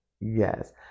yes